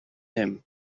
him